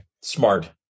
smart